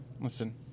listen